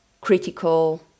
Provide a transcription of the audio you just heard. critical